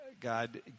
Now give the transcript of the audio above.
God